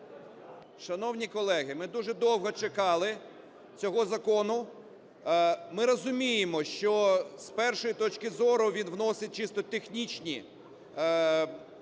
Шановні колеги, ми дуже довго чекали цього закону. Ми розуміємо, що, з першої точки зору, він вносить чисто технічні